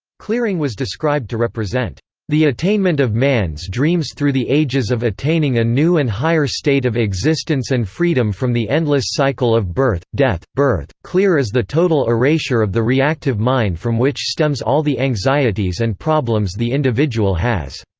clearing was described to represent the attainment of man's dreams through the ages of attaining a new and higher state of existence and freedom from the endless cycle of birth, death, birth, clear is the total erasure of the reactive mind from which stems all the anxieties and problems problems the individual has.